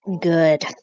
Good